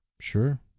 Sure